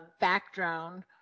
background